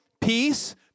peace